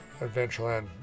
Adventureland